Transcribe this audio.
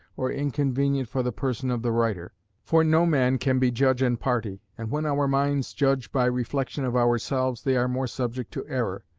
or inconvenient for the person of the writer for no man can be judge and party, and when our minds judge by reflection of ourselves, they are more subject to error.